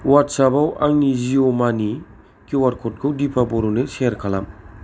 अवाट्सापाव आंनि जिअ' मानि किउ आर क'डखौ दिपा बर'नो सेयार खालाम